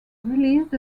released